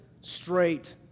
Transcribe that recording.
straight